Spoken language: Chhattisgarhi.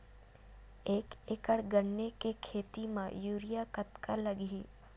एक एकड़ गन्ने के खेती म यूरिया कतका लगही?